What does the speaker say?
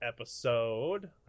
episode